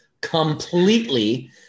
completely